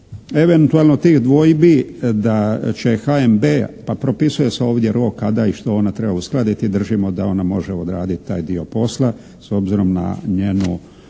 eventualno tih dvojbi da će HNB, pa propisuje se ovdje rok kada i što ona treba uskladiti, držimo da ona može odraditi taj dio posla s obzirom na njenu